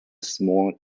smaller